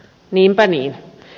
niinpä niin